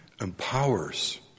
empowers